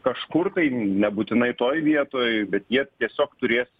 kažkur tai nebūtinai toj vietoj bet jie tiesiog turės